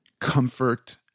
comfort